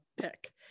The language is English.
pick